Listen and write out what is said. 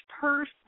person